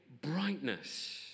brightness